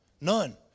None